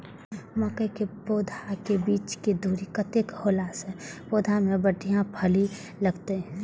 मके के पौधा के बीच के दूरी कतेक होला से पौधा में बढ़िया फली लगते?